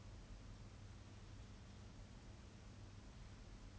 that is the biggest luxury you can find in the whole wide world most I think the